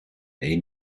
één